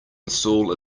install